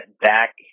back